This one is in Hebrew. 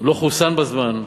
לא חוסן בזמן.